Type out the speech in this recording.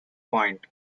point